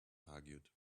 argued